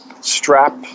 strap